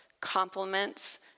compliments